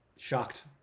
shocked